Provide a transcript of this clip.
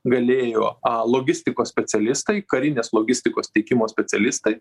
galėjo a logistikos specialistai karinės logistikos tiekimo specialistai